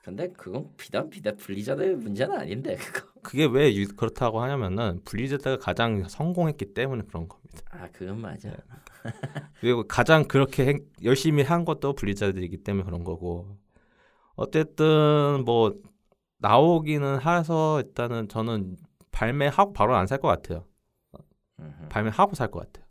근데 그건 비단- 비단 Blizzard의 문제는 아닌데, 그거. 그게 왜 유- 그렇다고 하냐면은 Blizzard가 가장 성공했기 때문에 그런 겁니다. 아, 그건 맞아. 네. 그리고 가장 그렇게 행- 열심히 한 것도 Blizzard이기 때문에 그런 거고. 어쨌든 뭐 나오기는 해서 일단은 저는 발매하고 바로는 안 살 것 같아요. 어, 음흠. 발매하고 살 것 같아요.